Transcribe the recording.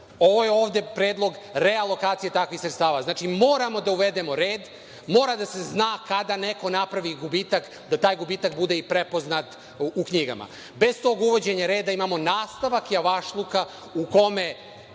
Ovo je ovde predlog realokaciji takvih sredstava. Znači, moramo da uvedemo red, mora da se zna kada neko napravi gubitak, da taj gubitak bude i prepoznat u knjigama. Bez tog uvođenja reda imamo nastavak javašluka, u kome